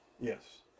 Yes